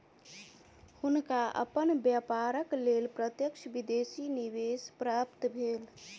हुनका अपन व्यापारक लेल प्रत्यक्ष विदेशी निवेश प्राप्त भेल